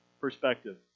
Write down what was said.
perspective